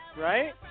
right